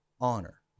honor